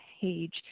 page